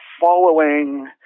following